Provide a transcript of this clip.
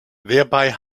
thereby